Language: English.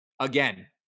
Again